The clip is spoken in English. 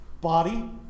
Body